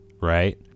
right